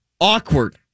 awkward